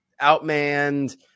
outmanned